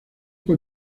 con